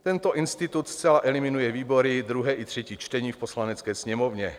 Tento institut zcela eliminuje výbory, druhé i třetí čtení v Poslanecké sněmovně.